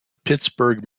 pittsburgh